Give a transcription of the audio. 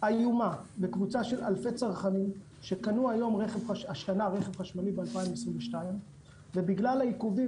איומה בקבוצה של אלפי צרכנים שקנו רכב חשמלי ב-2022 ובגלל העיכובים